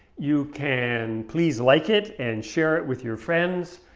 you can, please like it and share it with your friends.